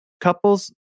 couples